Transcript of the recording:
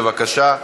בבקשה.